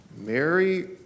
Mary